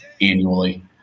annually